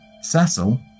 Cecil